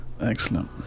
Excellent